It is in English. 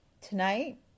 Tonight